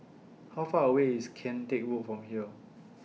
How Far away IS Kian Teck Road from here